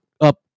Up